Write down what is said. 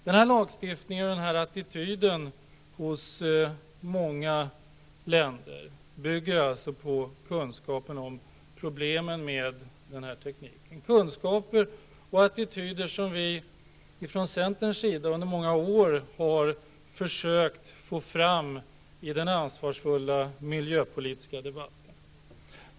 Den här lagstiftningen och den här attityden hos många länder bygger alltså på kunskapen om problemen med denna teknik, kunskaper och attityder som vi från centerns sida under många år har försökt få fram i den ansvarsfulla miljöpolitiska debatten.